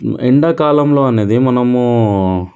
ఎండాకాలంలో అనేది మనము